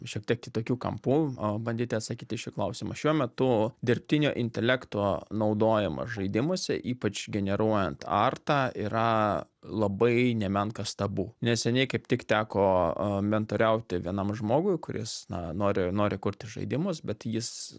šiek tiek kitokiu kampu bandyti atsakyti į šį klausimą šiuo metu dirbtinio intelekto naudojimas žaidimuose ypač generuojant artą yra labai nemenkas tabu neseniai kaip tik teko mentoriauti vienam žmogui kuris na nori nori kurti žaidimus bet jis